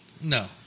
No